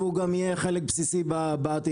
והוא גם יהיה חלק בסיסי בעתיד.